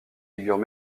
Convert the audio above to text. figures